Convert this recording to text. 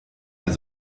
mehr